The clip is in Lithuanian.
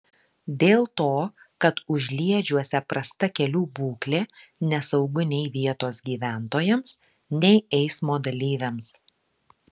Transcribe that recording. dėl to kad užliedžiuose prasta kelių būklė nesaugu nei vietos gyventojams nei eismo dalyviams